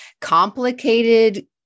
complicated